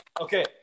Okay